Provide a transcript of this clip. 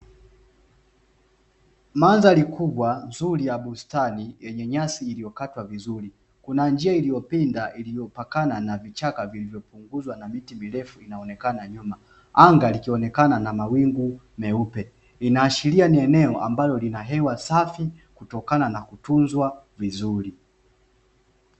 Mandhari kubwa, nzuri ya bustani yenye nyasi zilizokatwa vizuri, kuna njia iliyopinda iliyopakana na vichaka vilivyopunguzwa na miti mirefu inaonekana nyuma, anga likionekana na mawingu meupe, inaashiria ni eneo ambalo lina hewa safi kutokana na kutunzwa vizuri.